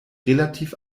relativ